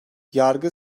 yargı